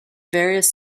various